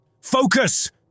Focus